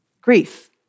Grief